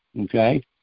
okay